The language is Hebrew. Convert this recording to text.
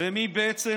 ומי בעצם